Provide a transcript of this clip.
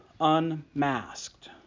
unmasked